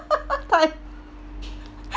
thigh